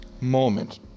moment